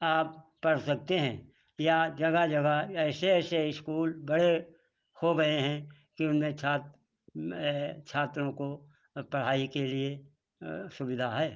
आप पढ़ सकते हैं या जगह जगह ऐसे ऐसे इस्कूल बड़े हो गए हैं कि उनमें छात्र छात्रों को पढ़ाई के लिए सुविधा है